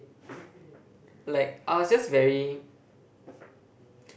like I was just very